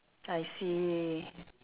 I see